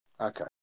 Okay